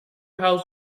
house